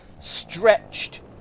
stretched